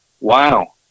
wow